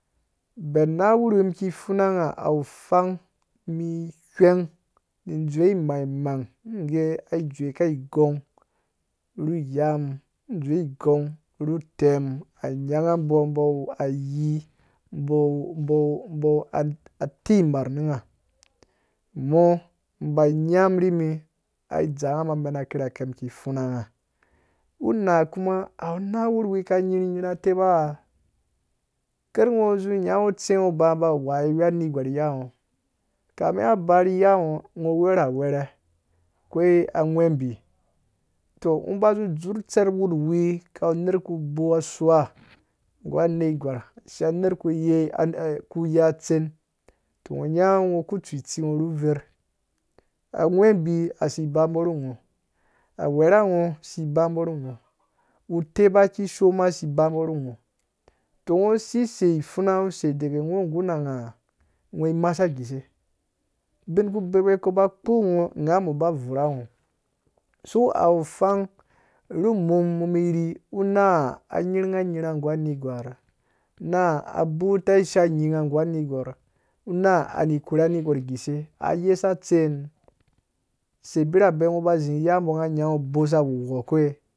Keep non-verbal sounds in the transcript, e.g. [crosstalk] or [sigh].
Bɛn na wurhi wi miki pfuna ngã awu pfang mi hweng ni dzwe imangmang nge ai dzewe ka igong ru iyam dzwe igong ru tɛm anyanga mbɔ mbɔ wu ayi mbɔ mbɔ mbɔ-mbɔ at atsei imarh ru nga mɔ mbai nyam rimi ai. dza ngam amen akirakɛ mi ki pfuna nga unaa kuma awu na wurhiwi ka nyi ru nyirha ru teba? Herh ngo zi nya ngu tsɛ ngo ba ba wai we anegorh ri yangɔ kame nga ba ri yangɔ ngɔ weyɔ ra awɛrhɛ kwei aghwembi tɔ ngɔ ba zu dzur tsɛr wurhuwi kawu ner ku bow asuwa nggu anergwarsh shiya nerh ku yei [hesitation] ku yei atser tɔ nɣ nya ngo ku tsu itsi ngɔ tu uverh, aghwembi asi ba mbɔ ru ngɔ awerhango si bambo ru ngɔ uteba kisho ma si ba mbo ru ngɔ. to ngɔ sisei ipfuna ngɔ sei dege ngɔ ngurha nga? So awu pfang ru mum mum miri una anyi runga unyirha nggu anegwarh? Naa abuta isha nyi nga nggu anegwarh? Ayesa batsen? Use abirabe ngɔ ba zi ni iyambɔ nga nyangu ubosa awu wɔke?